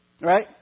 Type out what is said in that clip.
right